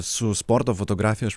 su sporto fotografija aš